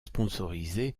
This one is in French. sponsorisée